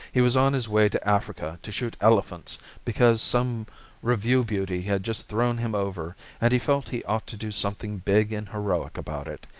he was on his way to africa to shoot elephants because some revue beauty had just thrown him over and he felt he ought to do something big and heroic about it.